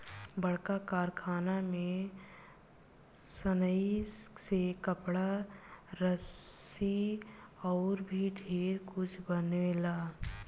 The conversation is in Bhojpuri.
बड़का कारखाना में सनइ से कपड़ा, रसरी अउर भी ढेरे कुछ बनावेला